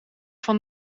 van